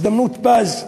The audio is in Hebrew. הזדמנות פז למדינה,